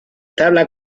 tabla